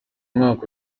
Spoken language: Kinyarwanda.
mwaka